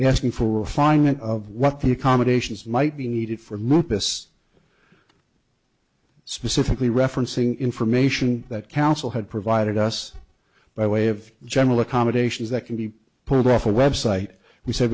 and for refinement of what the accommodations might be needed for this specifically referencing information that council had provided us by way of general accommodations that can be pulled off a website we said